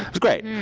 it's great.